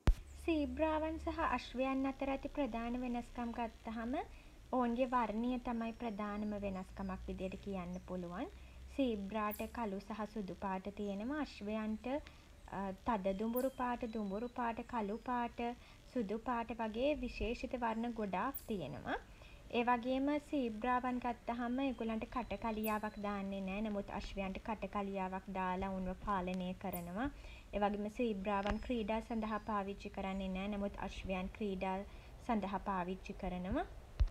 සීබ්‍රාවන් සහ අශ්වයන් අතර ඇති ප්‍රධාන වෙනස්කම් ගත්තහම ඔවුන්ගේ වර්ණය තමයි ප්‍රධානම වෙනස්කමක් විදියට කියන්න පුළුවන්. සීබ්‍රාට කළු සහ සුදු පාට තියෙනවා. අශ්වයන්ට තද දුඹුරු පාට, දුඹුරු පාට කළු පාට සුදු පාට වගේ විශේෂිත වර්ණ ගොඩාක් තියෙනවා. ඒ වගේම සීබ්‍රාවන් ගත්තහම ඒගොල්ලන්ලන්ට කටකලියාවක් දන්නේ නෑ. නමුත් අශ්වයන්ට කටකලියාවක් දාලා ඔවුන්ව පාලනය කරනවා. ඒ වගේම සීබ්‍රාවන් ක්‍රීඩා සඳහා පාවිච්චි කරන්නේ නෑ. නමුත් අශ්වයන් ක්‍රීඩා සඳහා පාවිච්චි කරනවා.